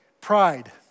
Pride